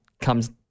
comes